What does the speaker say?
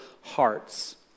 hearts